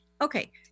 Okay